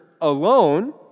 alone